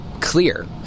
clear